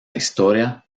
historia